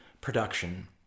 production